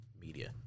media